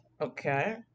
Okay